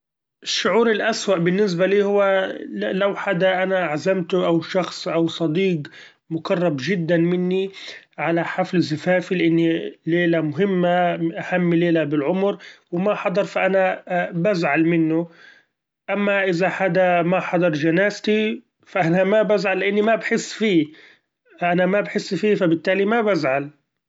الشعور الاسوء بالنسبة لي هو لو حدا أنا عزمته، أو شخص أو صديق مقرب چدا مني على حفل زفافي; لإني ليلة مهمة أهم ليلة بالعمر وما حضر ف أنا بزعل منه ، اما إذا حدا ما حضر چنازتي ف أنا مابزعل لإني مابحس فيه أنا ما بحس فيه ف بالتالي ما بزعل.